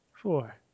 Four